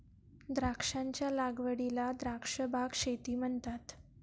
द्राक्षांच्या लागवडीला द्राक्ष बाग शेती म्हणतात